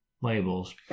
labels